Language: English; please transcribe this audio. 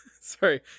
Sorry